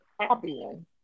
copying